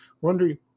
wondering